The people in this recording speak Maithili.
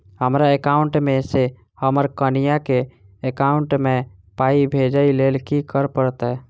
हमरा एकाउंट मे सऽ हम्मर कनिया केँ एकाउंट मै पाई भेजइ लेल की करऽ पड़त?